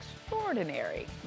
extraordinary